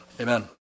amen